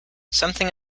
something